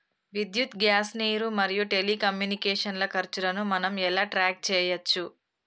విద్యుత్ గ్యాస్ నీరు మరియు టెలికమ్యూనికేషన్ల ఖర్చులను మనం ఎలా ట్రాక్ చేయచ్చు?